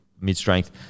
mid-strength